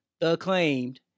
Acclaimed